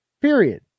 period